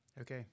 Okay